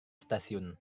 stasiun